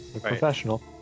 professional